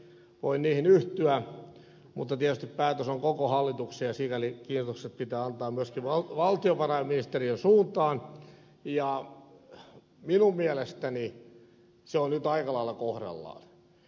voin niihin yhtyä mutta tietysti päätös on koko hallituksen ja sikäli kiitokset pitää antaa myöskin valtiovarainministeriön suuntaan ja minun mielestäni se on nyt aika lailla kohdallaan